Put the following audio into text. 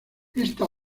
esta